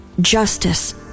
justice